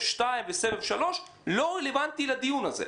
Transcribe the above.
שתיים וסבב שלוש לא רלוונטיים לדיון הזה.